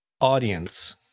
audience